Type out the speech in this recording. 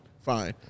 fine